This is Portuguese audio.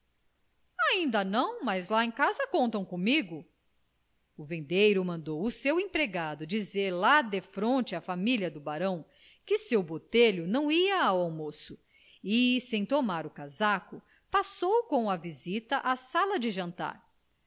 ainda não mas lá em casa contam comigo o vendeiro mandou o seu empregado dizer lá defronte à família do barão que seu botelho não ia ao almoço e sem tomar o casaco passou com a visita à sala de jantar